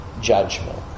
judgment